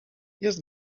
jest